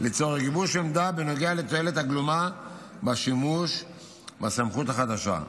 לצורך גיבוש עמדה בנוגע לתועלת הגלומה בשימוש בסמכות החדשה.